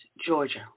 Georgia